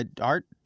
art